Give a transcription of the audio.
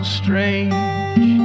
strange